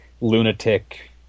Lunatic